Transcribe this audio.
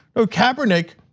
ah kaepernick,